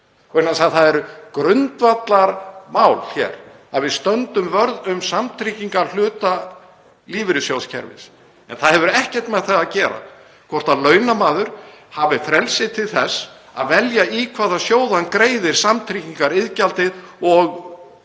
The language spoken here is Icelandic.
stendur. Það er grundvallarmál að við stöndum vörð um samtryggingarhluta lífeyrissjóðakerfisins en það hefur ekkert með það að gera hvort launamaður hafi frelsi til að velja í hvaða sjóð hann greiðir samtryggingariðgjaldið og eftir